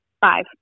five